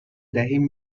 دهیم